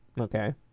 Okay